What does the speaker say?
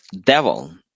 devil